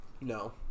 No